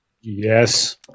Yes